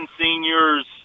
seniors